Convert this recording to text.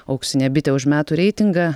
auksinė bitė už metų reitingą